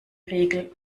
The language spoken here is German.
regel